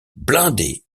blindés